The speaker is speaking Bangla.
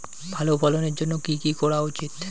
ভালো ফলনের জন্য কি কি করা উচিৎ?